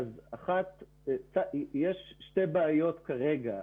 יש שתי בעיות כרגע.